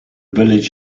village